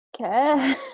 okay